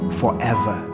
forever